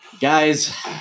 Guys